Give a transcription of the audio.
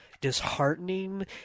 disheartening